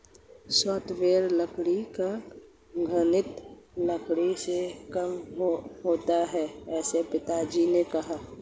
softwood लकड़ी का घनत्व लकड़ी से कम होता है ऐसा पिताजी ने कहा